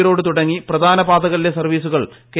road തുടങ്ങി പ്രധാന പാതകളിലെ സർവ്വീസുകൾ കെ